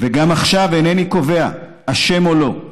גם עכשיו אינני קובע אשם או לא.